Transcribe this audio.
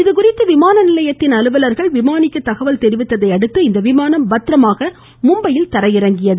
இதுகுறித்து விமான நிலையத்தின் அலுவலர்கள் விமானிக்கு தகவல் தெரிவித்ததை அடுத்து விமானம் பத்திரமாக மும்பையில் தரையிறங்கியது